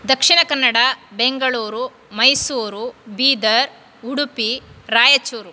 Dakshina Kannada Bengaluru Mysuru Bidar Udupi Raichur